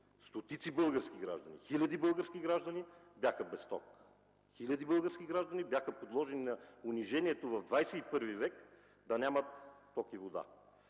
стотици български граждани, хиляди български граждани бяха без ток! Хиляди български граждани бяха подложени на унижението в ХХІ век да нямат ток и вода.